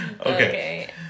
Okay